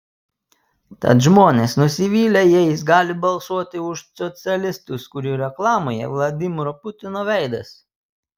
tad žmonės nusivylę jais gali balsuoti už socialistus kurių reklamoje vladimiro putino veidas